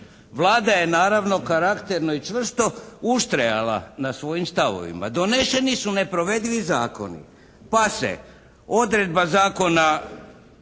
Vlada je naravno karakterno i čvrsto ustrajala na svojim stavovima. Doneseni su nepovredivi zakoni pa se odredba Zakona